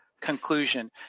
conclusion